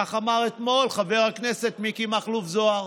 כך אמר אתמול חבר הכנסת מיקי מכלוף זוהר